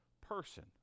person